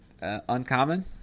Uncommon